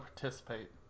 participate